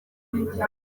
rukerera